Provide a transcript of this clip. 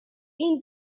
این